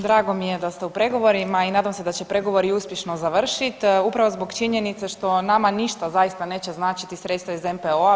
Drago mi je da ste u pregovorima i nadam se da će pregovori i uspješno završiti upravo zbog činjenice što nama ništa zaista neće značiti sredstva iz MPO-a.